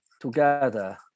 together